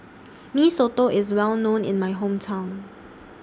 Mee Soto IS Well known in My Hometown